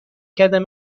کردم